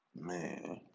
man